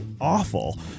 awful